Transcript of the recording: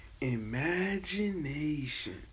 imagination